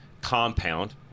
compound